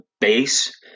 base